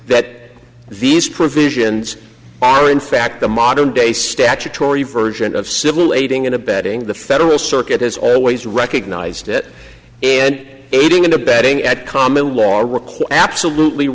that these provisions are in fact the modern day statutory version of civil aiding and abetting the federal circuit has always recognized it and aiding and abetting at common law require absolutely